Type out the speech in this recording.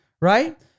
right